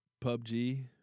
PUBG